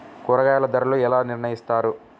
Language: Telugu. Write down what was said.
కూరగాయల ధరలు ఎలా నిర్ణయిస్తారు?